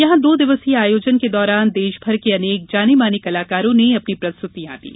यहाँ दो दिवसीय आयोजन के दौरान देश भर के अनेक आने माने कलाकारों ने अपनी प्रस्तुतियां दी